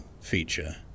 feature